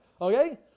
Okay